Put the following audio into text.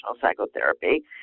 psychotherapy